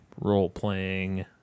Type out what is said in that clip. role-playing